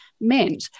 meant